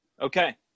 Okay